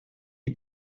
est